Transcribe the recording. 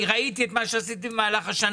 אני ראיתי את מה שעשיתם במהלך השנה,